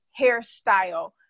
hairstyle